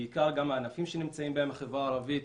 בעיקר גם הענפים שנמצאים בהם החברה הערבית.